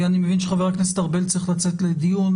אני מבין שחבר הכנסת ארבל צריך לצאת לדיון,